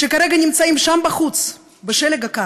שכרגע נמצאים שם בחוץ, בשלג הקר,